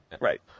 Right